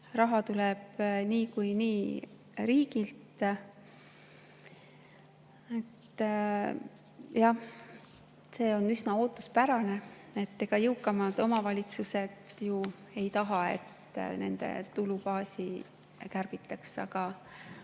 raha tuleb niikuinii riigilt. See on üsna ootuspärane, et jõukamad omavalitsused ei taha, et nende tulubaasi kärbitaks.